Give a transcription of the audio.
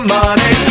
money